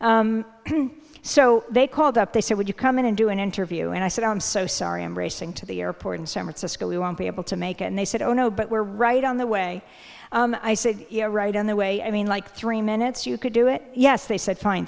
and so they called up they said would you come in and do an interview and i said i'm so sorry i'm racing to the airport in san francisco we won't be able to make and they said oh no but we're right on the way i said you're right on the way i mean like three minutes you could do it yes they said fine